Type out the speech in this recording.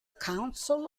council